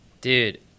Dude